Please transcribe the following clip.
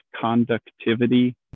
conductivity